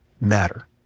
matter